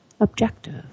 objective